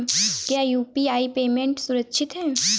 क्या UPI payment सुरक्षित है?